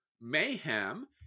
Mayhem